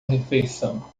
refeição